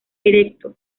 erecto